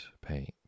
paint